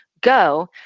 go